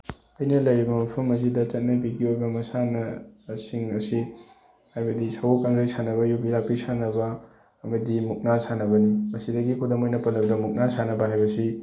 ꯑꯩꯅ ꯂꯩꯔꯤꯕ ꯃꯐꯝ ꯑꯁꯤꯗ ꯆꯠꯅꯕꯤꯒꯤ ꯑꯣꯏꯕ ꯃꯁꯥꯟꯅꯁꯤꯡ ꯑꯁꯤ ꯍꯥꯏꯕꯗꯤ ꯁꯒꯣꯜ ꯀꯥꯡꯖꯩ ꯁꯥꯟꯅꯕ ꯌꯨꯕꯤ ꯂꯥꯛꯄꯤ ꯁꯥꯟꯅꯕ ꯑꯃꯗꯤ ꯃꯨꯛꯅꯥ ꯁꯥꯟꯅꯕꯅꯤ ꯃꯁꯤꯗꯒꯤ ꯈꯨꯗꯝ ꯑꯣꯏꯅ ꯄꯜꯂꯕꯗ ꯃꯨꯛꯅꯥ ꯁꯥꯟꯅꯕ ꯍꯥꯏꯕꯁꯤ